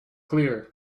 clear